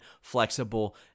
flexible